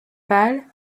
pal